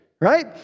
Right